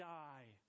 die